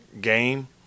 game